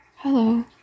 Hello